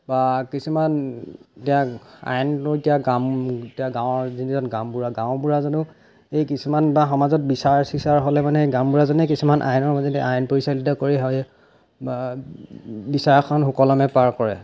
বা কিছুমান এতিয়া আইনো এতিয়া গাম এতিয়া গাঁওৰ যিজন গাঁওবুঢ়া গাঁওবুঢ়াজনেও এই কিছুমান বা সমাজত বিচাৰ চিচাৰ হ'লেমানে গাঁওবুঢ়াজনে কিছুমান আইনৰ মাজেদি আইন পৰিচালিত কৰি বিচাৰখন সুকলমে পাৰ কৰে